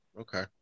Okay